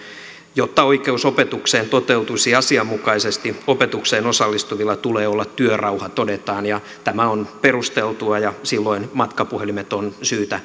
jotta oikeus opetukseen toteutuisi asianmukaisesti opetukseen osallistuvilla tulee olla työrauha todetaan ja tämä on perusteltua ja silloin matkapuhelimet on syytä